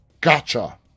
gotcha